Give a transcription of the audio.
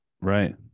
Right